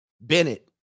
Bennett